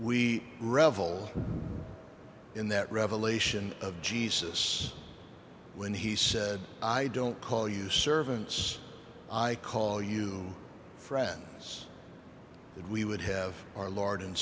we revel in that revelation of jesus when he said i don't call you servants i call you friends and we would have our lord and